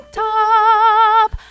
top